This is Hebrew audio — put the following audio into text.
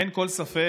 "אין כל ספק